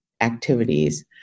activities